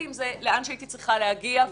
עם זה לאן שהייתי צריכה להגיע ולבדוק.